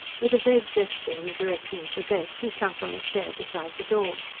with a vague gesture in the direction of the bed, she sank on a chair beside the door.